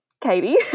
Katie